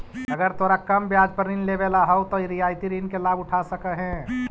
अगर तोरा कम ब्याज पर ऋण लेवेला हउ त रियायती ऋण के लाभ उठा सकऽ हें